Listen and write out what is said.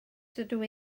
dydw